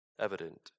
evident